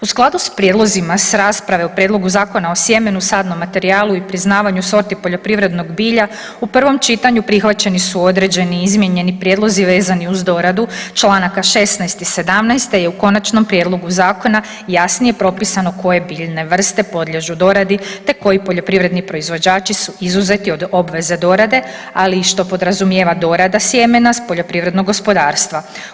U skladu sa prijedlozima sa rasprave o Prijedlogu zakona o sjemenu, sadnom materijalu i priznavanju sorti poljoprivrednog bilja u prvom čitanju prihvaćeni su određeni izmijenjeni prijedlozi vezani uz doradu članaka 16. i 17. te je u konačnom prijedlogu zakona jasnije propisano koje biljne vrste podliježu doradi te koji poljoprivredni proizvođači su izuzeti od obveze dorade, ali što i podrazumijeva dorada sjemena s poljoprivrednog gospodarstva.